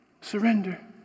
surrender